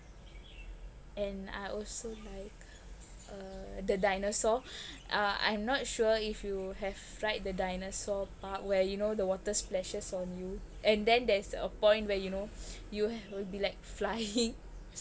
and I also like uh the dinosaur uh I'm not sure if you have ride the dinosaur park where you know the water splashes on you and then there's a point where you know you will be like flying